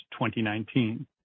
2019